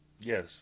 Yes